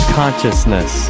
consciousness